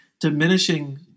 diminishing